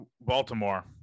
Baltimore